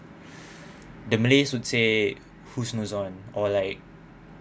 the malays would say whose nose on or like